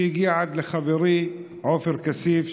שהגיעה עד לחברי עופר כסיף,